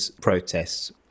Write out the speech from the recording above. protests